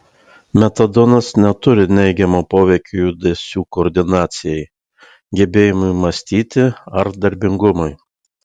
metadonas neturi neigiamo poveikio judesių koordinacijai gebėjimui mąstyti ar darbingumui